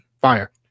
fire